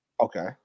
okay